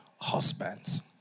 husbands